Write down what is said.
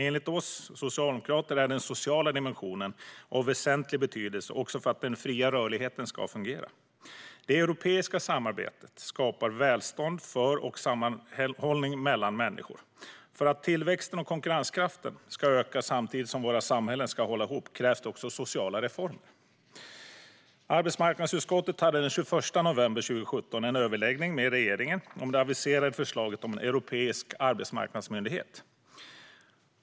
Enligt oss socialdemokrater är den sociala dimensionen av väsentlig betydelse för att den fria rörligheten ska fungera. Det europeiska samarbetet skapar välstånd för och sammanhållning mellan människor. För att tillväxten och konkurrenskraften ska öka samtidigt som våra samhällen ska hålla ihop krävs också sociala reformer. Arbetsmarknadsutskottet hade den 21 november 2017 en överläggning med regeringen om det aviserade förslaget om en europeisk arbetsmarknadsmyndighet.